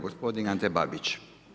Gospodin Ante Babić.